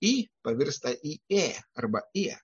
i pavirsta į ė arba ie